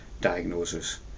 diagnosis